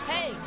Hey